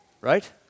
Right